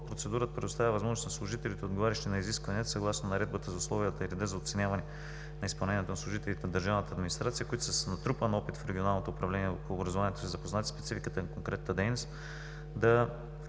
Процедурата предоставя възможност на служителите, отговарящи на изискванията, съгласно Наредбата за условията и реда за оценяване на изпълненията на служителите в Държавната администрация, които са с натрупан опит в Регионалното управление на образованието и са запознати със спецификата на конкретната дейност,